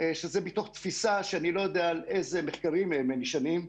שזה מתוך תפיסה שאני יודע על איזה מחקרים הם נשענים,